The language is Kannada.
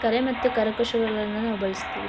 ಕಲೆ ಮತ್ತು ಕರಕುಶಲಗಳನ್ನ ನಾವು ಬಳಸ್ತೀವಿ